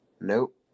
Nope